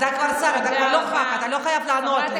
אתה כבר שר, אתה לא חייב לענות לי.